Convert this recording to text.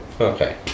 Okay